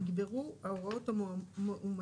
יגברו ההוראות המאומצות.